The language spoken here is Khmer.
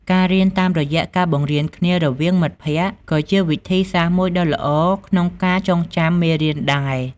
ការរៀនតាមរយៈការបង្រៀនគ្នារវាងមិត្តភក្តិ ក៏ជាវិធីសាស្រ្តមួយដ៏ល្អក្នុងការចងចាំមេរៀនដែរ។